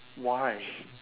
why